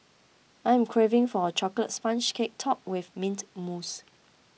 I am craving for a Chocolate Sponge Cake Topped with Mint Mousse